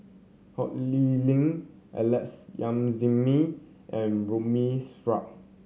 Ho Lee Ling Alex Yam Ziming and Ramli Sarip